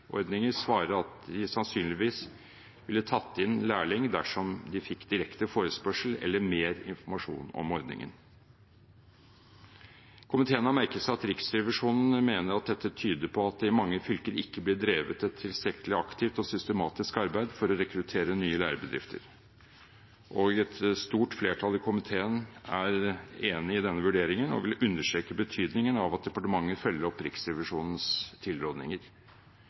dersom de fikk direkte forespørsel eller mer informasjon om ordningen. Komiteen har merket seg at Riksrevisjonen mener at dette tyder på at det i mange fylker ikke blir drevet et tilstrekkelig aktivt og systematisk arbeid for å rekruttere nye lærebedrifter. Et stort flertall i komiteen er enig i denne vurderingen og vil understreke betydningen av at departementet følger opp Riksrevisjonens tilrådninger.